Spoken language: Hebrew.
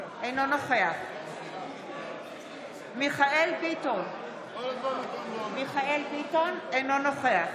אינו נוכח מיכאל מרדכי ביטון, אינו נוכח